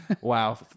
Wow